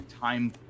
time